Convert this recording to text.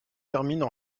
terminent